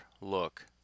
look